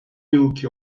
yılki